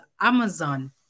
Amazon